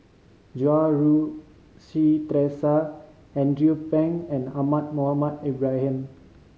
Goh Rui Si Theresa Andrew Phang and Ahmad Mohamed Ibrahim